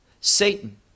Satan